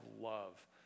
love